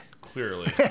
clearly